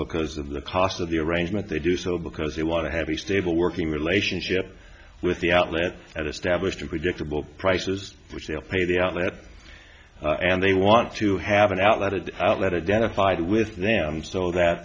because of the cost of the arrangement they do so because they want to have a stable working relationship with the outlet and establish a predictable prices which they'll pay the outlet and they want to have an outlet of outlet identified with them so that